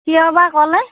কিয়বা ক'লে